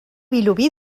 vilobí